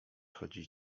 chodzić